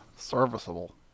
serviceable